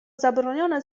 zabronione